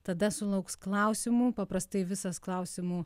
tada sulauks klausimų paprastai visas klausimų